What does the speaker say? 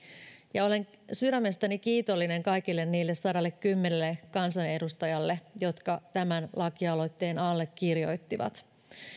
ja olen sydämestäni kiitollinen kaikille niille sadallekymmenelle kansanedustajalle jotka tämän lakialoitteen allekirjoittivat